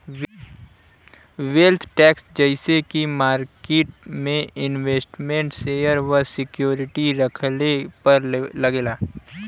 wealth tax जइसे की market में इन्वेस्टमेन्ट शेयर और सिक्योरिटी रखले पर लगेला